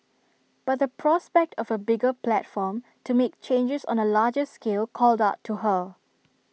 but the prospect of A bigger platform to make changes on A larger scale called out to her